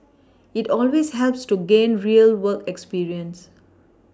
it always helps to gain real work experience